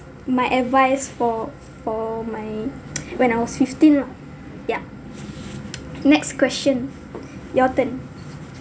my advice for for my when I was fifteen lah yeah next question your turn